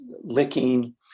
licking